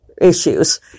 issues